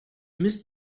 miss